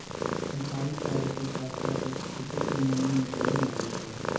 छंटाई कार्य से शाखा ओर खूंटों के मुड़ने में कमी आवो हइ